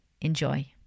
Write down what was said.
Enjoy